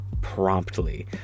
promptly